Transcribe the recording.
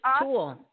tool